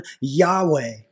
Yahweh